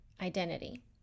identity